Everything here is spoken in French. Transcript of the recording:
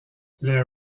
les